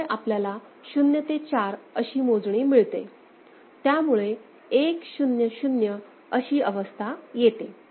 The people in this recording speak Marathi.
त्यामुळे आपल्याला 0 ते 4 अशी मोजणी मिळते आणि त्यामुळे 100 अशी अवस्था येते